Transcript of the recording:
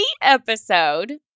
episode